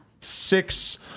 Six